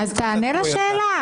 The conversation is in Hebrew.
אז תענה לשאלה.